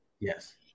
Yes